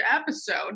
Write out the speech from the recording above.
episode